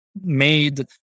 made